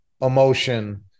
emotion